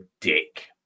dick